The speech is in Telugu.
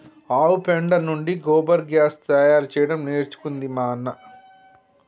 ఆవు పెండ నుండి గోబర్ గ్యాస్ తయారు చేయడం నేర్చుకుంది మా అన్న